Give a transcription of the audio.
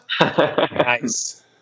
Nice